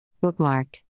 Bookmark